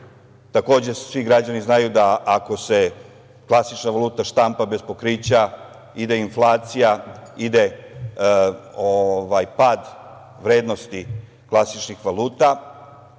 svi građani znaju, da ako se klasična valuta štampa bez pokrića ide inflacija, ide pad vrednosti klasičnih valuta,